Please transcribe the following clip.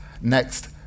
next